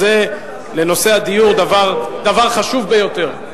לנושא הדיור זה דבר חשוב ביותר.